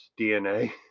DNA